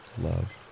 Love